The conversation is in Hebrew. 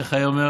איך היה אומר,